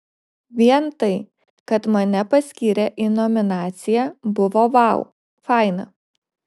vien tai kad mane paskyrė į nominaciją buvo vau faina